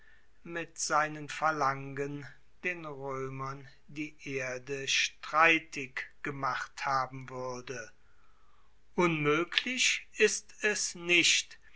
mit seinen phalangen den roemern die erde streitig gemacht haben wuerde unmoeglich ist es nicht